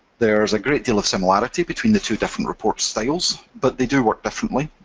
there is a great deal of similarity between the two different report styles, but they do work differently,